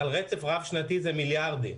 על רצף רב שנתי זה מיליארדים.